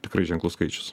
tikrai ženklus skaičius